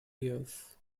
years